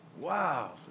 Wow